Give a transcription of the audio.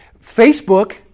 Facebook